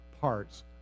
parts